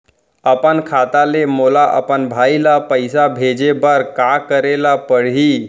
अपन खाता ले मोला अपन भाई ल पइसा भेजे बर का करे ल परही?